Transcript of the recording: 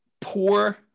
poor